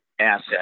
asset